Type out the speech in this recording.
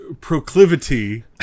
proclivity